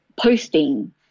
posting